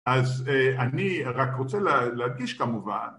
אז אני רק רוצה להדגיש כמובן